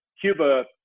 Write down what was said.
Cuba